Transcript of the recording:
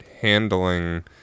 handling